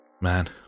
Man